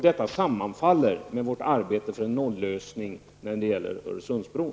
Detta sammanfaller med vårt arbete för en noll-lösning när det gäller Öresundsbron.